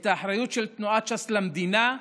את האחריות של תנועת ש"ס למדינה,